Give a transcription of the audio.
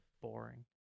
Boring